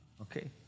Okay